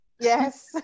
yes